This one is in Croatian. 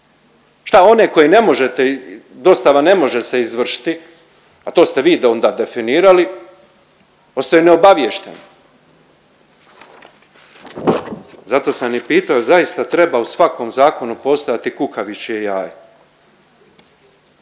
koje ne možete, dostava ne može se izvršiti a to ste vi onda definirali ostaju neobaviješteni. Zato sam i pitao jel zaista treba u svakom zakonu postojati kukavičje jaje.